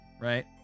Right